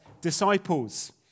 Disciples